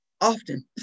often